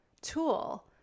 tool